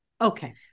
Okay